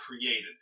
created